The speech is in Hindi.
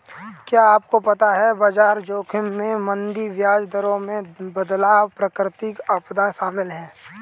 क्या आपको पता है बाजार जोखिम में मंदी, ब्याज दरों में बदलाव, प्राकृतिक आपदाएं शामिल हैं?